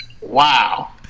Wow